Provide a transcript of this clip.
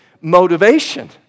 motivation